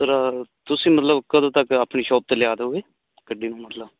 sir ਤੁਸੀਂ ਮਤਲਬ ਕਦੋਂ ਤੱਕ ਆਪਣੀ ਸ਼ੋਪ 'ਤੇ ਲਿਆ ਦਊਗੇ ਗੱਡੀ ਨੂੰ ਮਤਲਬ